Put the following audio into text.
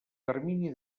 termini